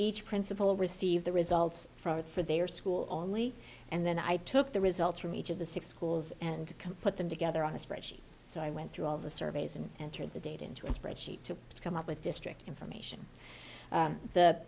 each principal received the results for their school only and then i took the results from each of the six schools and put them together on a spreadsheet so i went through all the surveys and entered the data into a spreadsheet to come up with district information